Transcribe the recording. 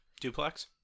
Duplex